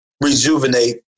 rejuvenate